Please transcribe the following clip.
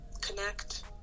connect